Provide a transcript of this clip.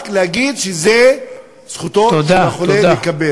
רק להגיד שזו זכותו של החולה לקבל, תודה.